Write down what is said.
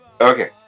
Okay